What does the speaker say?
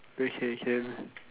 okay can